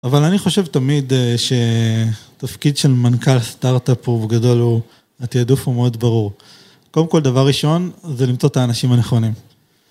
אבל אני חושב תמיד שתפקיד של מנכ״ל סטארט-אפ וגדול הוא התיידוף הוא מאוד ברור. קודם כל, דבר ראשון זה למצוא את האנשים הנכונים.